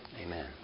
Amen